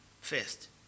first